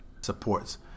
supports